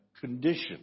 condition